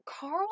Carl